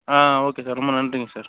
ஆ okay sir ரொம்ப நன்றிங்க sir